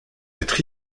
être